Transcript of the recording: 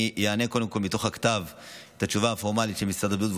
אני אענה קודם כול את התשובה הפורמלית של משרד הבריאות מתוך הכתב,